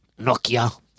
Nokia